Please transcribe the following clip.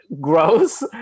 gross